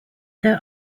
there